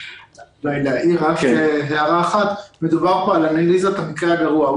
אעיר רק הערה אחת: מדובר פה על אנליזת המקרה הגרוע,